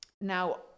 now